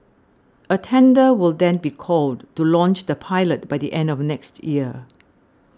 a tender will then be called to launch the pilot by the end of next year